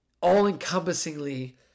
all-encompassingly